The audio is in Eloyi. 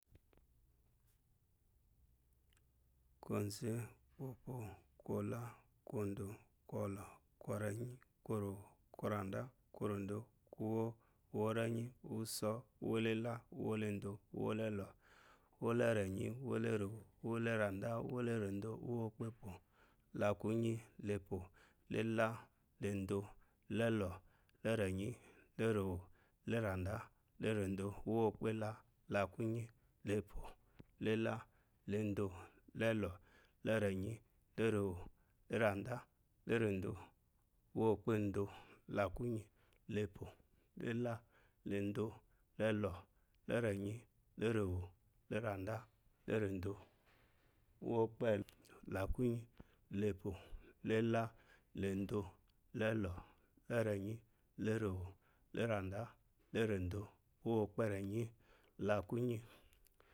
Koze kopo kola kodo kolo korenyi korowo korada korado kowo, kowo renyi ko uso owuwo lela owuwa ledo owalelo uwo le renyi owolerewo uwalerda owu leredo uo ekpebo lakunyi la epo la ela la edo la ebo la erenyi la erewo la erada la eredo uwo ekpela la kunyi la epola ela la edo la elo la ereni la erewo la erada la eredo uwo ekpedo la kunyi la epo la ela la edola elo la erenyi la erewo la erada la eredo uwo expelo la kunyi la epo ela la edo a elo la erenyi la erewola erada la eredo uwo ekperenyi